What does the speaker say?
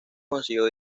consiguió